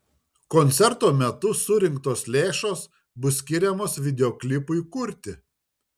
koncerto metu surinktos lėšos bus skiriamos videoklipui kurti